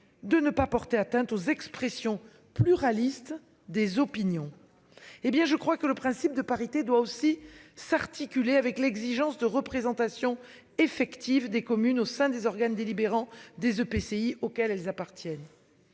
de ne pas porter atteinte aux expressions pluralistes des opinions. Eh bien je crois que le principe de parité doit aussi s'articuler avec l'exigence de représentation effective des communes au sein des organes délibérants des EPCI auxquelles elles appartiennent.